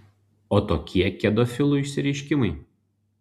o tokie kedofilų išsireiškimai